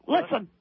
Listen